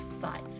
five